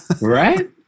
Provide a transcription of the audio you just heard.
right